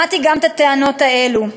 שמעתי גם את הטענות האלה.